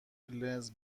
لنز